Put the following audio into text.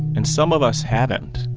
and some of us haven't.